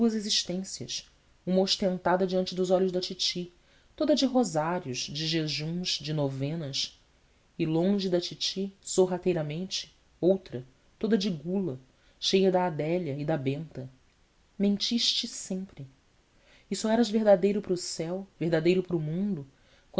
existências uma ostentada diante dos olhos da titi toda de rosários de jejuns de novenas e longe da titi sorrateiramente outra toda de gula cheia da adélia e da benta mentiste sempre e só eras verdadeiro para o céu verdadeiro para o mundo